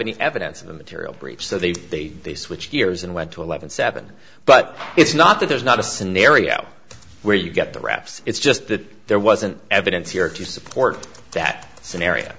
any evidence of a material breach so they they they switch gears and went to eleven seven but it's not that there's not a scenario where you get the raf's it's just that there wasn't evidence here to support that scenario